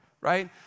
right